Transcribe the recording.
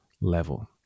level